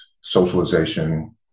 socialization